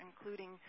including